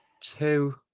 two